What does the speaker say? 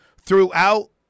Throughout